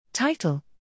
Title